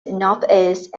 northeast